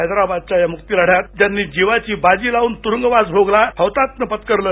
हैदराबादच्या या मुक्ती लढयात ज्यांनी जीवाची बाजी लावून त्रुंगवास भोगला हौतात्म्य पत्करलं